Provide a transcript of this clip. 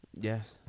Yes